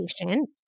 patient